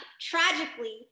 tragically